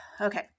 Okay